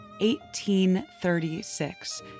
1836